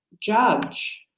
judge